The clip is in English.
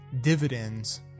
dividends